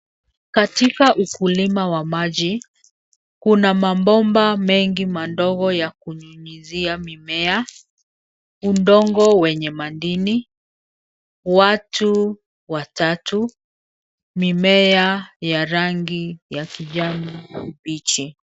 Katika ukulima wa maji, kuna mabomba mengi madogo yakuning'izia mimea, udongo wenye madini, watu watatu, mimea ya rangi ya kijani kibichi.